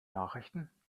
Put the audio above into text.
nachrichten